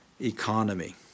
economy